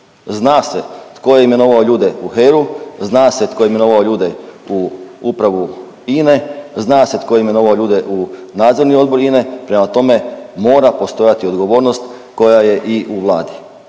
Zna se tko je imenovao ljude u HERA-u, zna se tko je imenovao ljude u Upravu INA-e, zna se tko je imenovao u Nadzorni odbor INA-e prema tome mora postojati odgovornost koja je i u vladi.